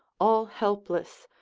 all helpless,